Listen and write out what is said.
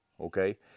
okay